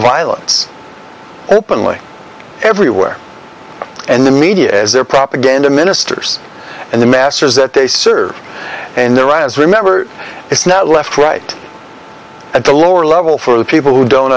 violence openly everywhere and the media is their propaganda ministers and the masses that they serve and the riots remember it's now left right at the lower level for the people who don't